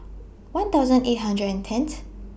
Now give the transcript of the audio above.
one thousand eight hundred and tenth